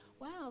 wow